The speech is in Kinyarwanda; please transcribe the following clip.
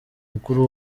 mukuru